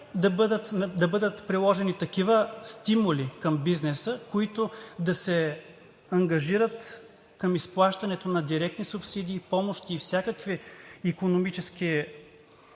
да бъдат приложени такива стимули към бизнеса, които да се ангажират към изплащането на директни субсидии, помощи и всякакви икономически